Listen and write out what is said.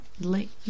late